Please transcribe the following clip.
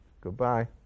Goodbye